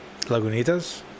Lagunitas